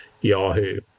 Yahoo